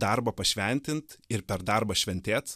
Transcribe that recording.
darbą pašventint ir per darbą šventėt